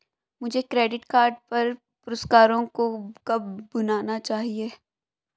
मुझे credit card पर पुरस्कारों को कब भुनाना चाहिए?